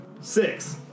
Six